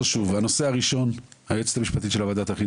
הסיכום הראשון של הדיון הוא שהיועצת המשפטית של הוועדה תכין